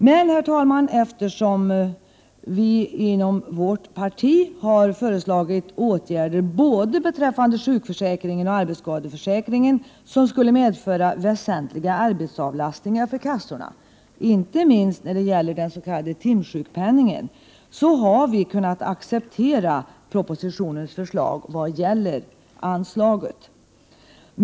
Men, herr talman, eftersom vi inom vårt parti har föreslagit åtgärder beträffande både sjukförsäkringen och arbetsskadeförsäkringen, som skulle medföra väsentliga arbetsavlastningar för kassorna, inte minst när det gäller den s.k. timsjukpenningen, har vi kunnat acceptera propositionens förslag vad gäller anslaget.